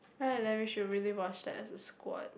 right then we should really watch that as a squad